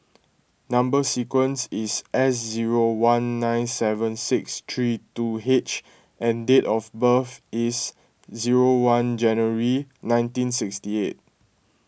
Number Sequence is S zero one nine seven six three two H and date of birth is zero one January nineteen sixty eight